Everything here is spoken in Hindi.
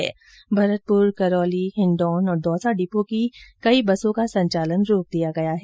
वहीं भरतपुर करौली हिण्डौन और दौसा डिपो की कई बसों का संचालन भी रोक दिया गया है